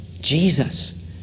Jesus